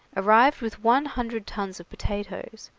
arrived with one hundred tons of potatoes,